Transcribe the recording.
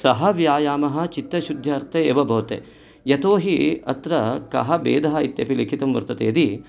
सः व्यायामः चित्तशुद्ध्यार्थे एव भवति यतोहि अत्र कः भेदः इत्यपि लिखितं वर्तते यदि